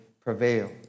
prevail